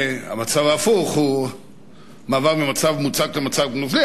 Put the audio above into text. המצב ההפוך הוא מעבר ממצב מוצק למצב נוזלי,